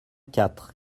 quatre